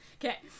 Okay